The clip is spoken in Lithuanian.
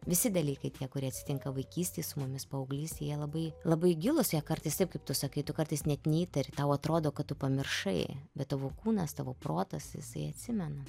visi dalykai tie kurie atsitinka vaikystėj su mumis paauglystėj jie labai labai gilūs jei kartais taip kaip tu sakai tu kartais net neįtari tau atrodo kad tu pamiršai bet tavo kūnas tavo protas jisai atsimena